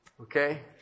Okay